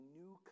new